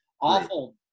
awful